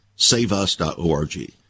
SaveUs.org